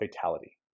fatality